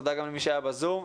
תודה גם למי שהיה בזום.